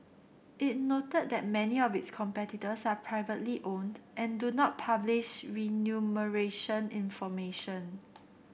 it noted that many of its competitors are privately owned and do not publish information